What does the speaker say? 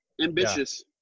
Ambitious